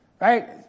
Right